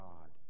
God